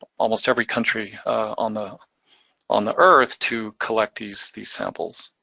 ah almost every country on the on the earth to collect these these samples.